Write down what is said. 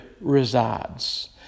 resides